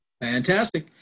Fantastic